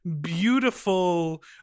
beautiful